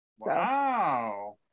Wow